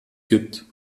gibt